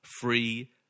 free